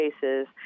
cases